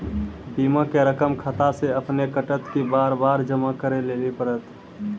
बीमा के रकम खाता से अपने कटत कि बार बार जमा करे लेली पड़त?